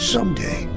Someday